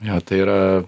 jo tai yra